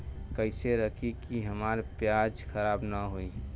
कइसे रखी कि हमार प्याज खराब न हो?